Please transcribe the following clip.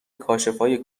کاشفای